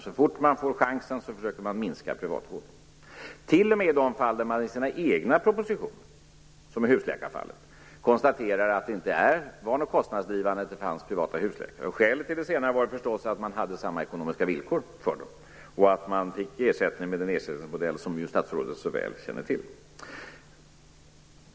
Så fort man får chansen försöker man minska privatvården. T.o.m. i sin egen proposition om husläkare konstaterade man att det inte var kostnadsdrivande att det fanns privata husläkare. Skälet till detta var förstås att de hade samma ekonomiska villkor och att de fick ersättning enligt den modell som statsrådet så väl känner till.